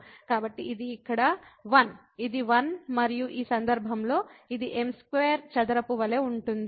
కాబట్టి ఇది ఇక్కడ 1 ఇది 1 మరియు ఈ సందర్భంలో ఇది m2 చదరపు వలె ఉంటుంది